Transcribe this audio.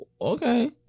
okay